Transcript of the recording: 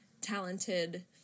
talented